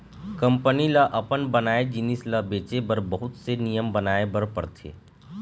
company ल अपन बनाए जिनिस ल बेचे बर बहुत से नियम बनाए बर परथे